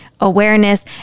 awareness